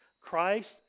Christ